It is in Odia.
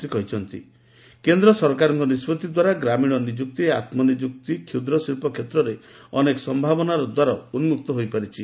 ସେ ଆହୁରି କହିଛନ୍ତି କେନ୍ଦ୍ର ସରକାରଙ୍କ ନିଷ୍ବତି ଦ୍ୱାରା ଗ୍ରାମୀଣ ନିଯୁକ୍ତି ଆତ୍ମନିଯୁକ୍ତି ଓ ଷୁଦ୍ରଶିକ୍କ ଷେତ୍ରରେ ଅନେକ ସମ୍ଭାବନାର ଦ୍ୱାର ଉନ୍କକ୍ତ ହୋଇପାରିଛି